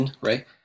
right